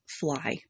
fly